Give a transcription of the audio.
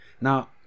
Now